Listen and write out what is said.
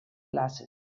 glasses